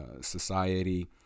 society